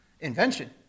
invention